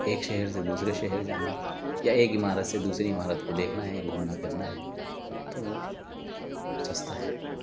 ایک شہر سے دوسرے شہر جانا یا ایک عمارت سے دوسری عمارت کو دیکھنا ہے گھومنا پھرنا ہے تو وہ سستا ہے